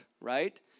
Right